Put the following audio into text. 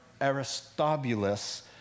aristobulus